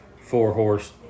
four-horse